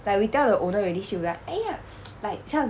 like we tell the owner already she will be like !aiya! like 这样